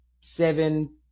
seven